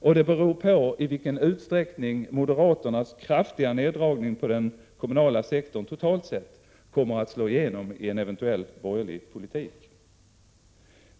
Det beror vidare på i vilken utsträckning moderaternas kraftiga neddragning på den kommunala sektorn totalt sett kommer att slå igenom i en eventuell, borgerlig politik.